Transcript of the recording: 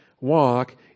walk